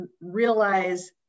realize